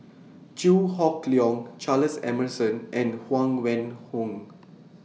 Chew Hock Leong Charles Emmerson and Huang Wenhong